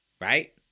Right